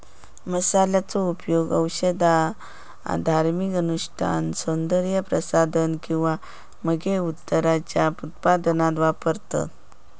मसाल्यांचो उपयोग औषध, धार्मिक अनुष्ठान, सौन्दर्य प्रसाधन किंवा मगे उत्तराच्या उत्पादनात वापरतत